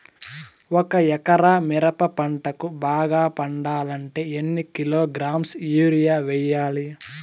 ఒక ఎకరా మిరప పంటకు బాగా పండాలంటే ఎన్ని కిలోగ్రామ్స్ యూరియ వెయ్యాలి?